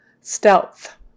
Stealth